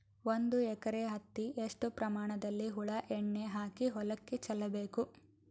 ಒಂದು ಎಕರೆ ಹತ್ತಿ ಎಷ್ಟು ಪ್ರಮಾಣದಲ್ಲಿ ಹುಳ ಎಣ್ಣೆ ಹಾಕಿ ಹೊಲಕ್ಕೆ ಚಲಬೇಕು?